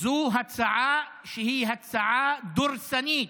זו הצעה שהיא הצעה דורסנית